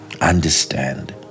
understand